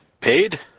paid